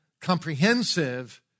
comprehensive